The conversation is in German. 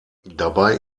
dabei